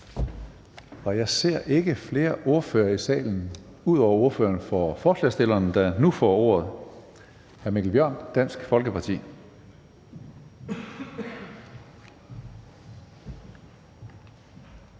Jeg ser ikke flere ordførere i salen ud over ordføreren for forslagsstillerne, der nu får ordet. Hr. Mikkel Bjørn, Dansk Folkeparti.